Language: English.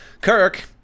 Kirk